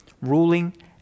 ruling